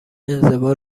انزوا